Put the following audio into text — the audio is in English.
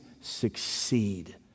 succeed